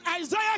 Isaiah